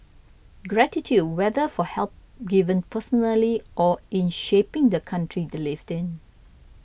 gratitude whether for help given personally or in shaping the country they lived in